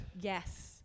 Yes